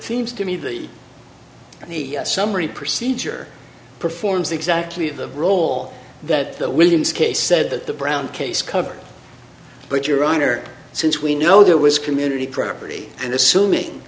seems to me that he and the summary procedure performs exactly the role that the williams case said that the brown case covered but your honor since we know there was community property and assuming